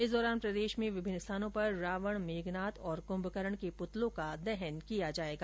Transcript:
इस दौरान प्रदेशभर में विभिन्न स्थानों पर रावण मेघनाथ और कुंभकरण के पुतलों का दहन किया जाएगा